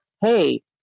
hey